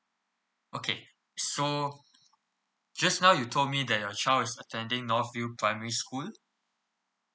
okay so just now you told me that your child is attending north view primary school